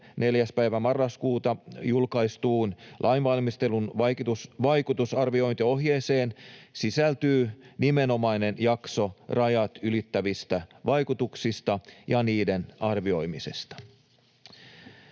marraskuuta julkaistuun lainvalmistelun vaikutusarviointiohjeeseen sisältyy nimenomainen jakso rajat ylittävistä vaikutuksista ja niiden arvioimisesta.